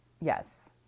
Yes